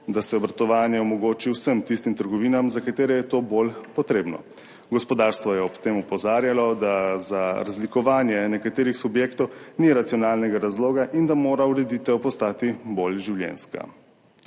da se obratovanje omogoči vsem tistim trgovinam, za katere je to bolj potrebno. Gospodarstvo je ob tem opozarjalo, da za razlikovanje nekaterih subjektov ni racionalnega razloga in da mora ureditev postati bolj življenjska.